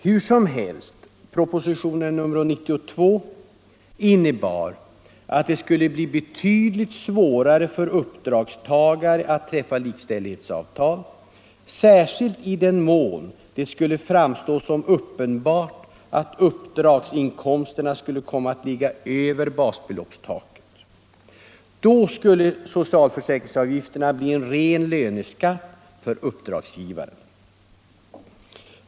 Hur som helst, propositionen 92 innebar att det skulle bli betydligt svårare för uppdragstagare att träffa likställighetsavtal, särskilt i den mån det skulle framstå som uppenbart att uppdragsinkomsterna skulle komma att ligga över basbeloppstaket. Då skulle socialförsäkringsavgifterna bli en ren löneskatt för uppdragsgivare.